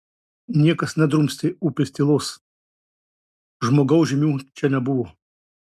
niekas nedrumstė upės tylos žmogaus žymių čia nebuvo